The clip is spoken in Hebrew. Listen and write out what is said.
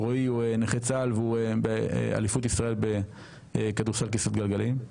רועי הוא נכה צה"ל והוא באליפות ישראל בכדורסל כיסאות גלגלים,